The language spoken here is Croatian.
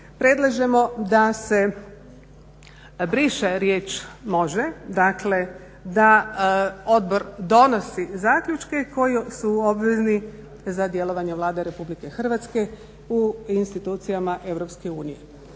Predlažemo da se briše riječ može, dakle da odbor donosi zaključke koji su obvezni za djelovanje Vlade Republike Hrvatske u institucijama